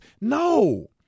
No